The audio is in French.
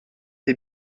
des